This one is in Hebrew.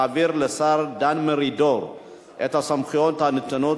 להעביר לשר דן מרידור את הסמכויות הנתונות